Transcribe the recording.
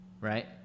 right